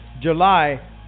July